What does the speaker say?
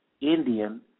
Indian